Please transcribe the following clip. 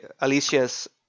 Alicia's